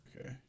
Okay